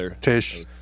Tish